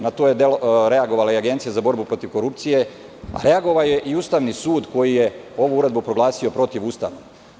Na to je reagovala i Agencija za borbu protiv korupcije, a reagovao je i Ustavni sud, koji je ovu uredbu proglasio protivustavnom.